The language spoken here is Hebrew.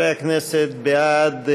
חברי הכנסת, בעד,